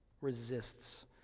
resists